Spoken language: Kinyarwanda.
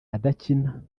adakina